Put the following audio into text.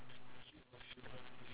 animals